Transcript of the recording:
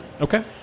Okay